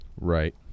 Right